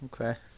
okay